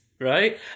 right